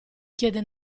chiede